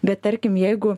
bet tarkim jeigu